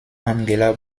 angela